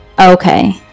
Okay